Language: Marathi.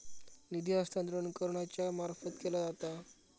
निधी हस्तांतरण कोणाच्या मार्फत केला जाता?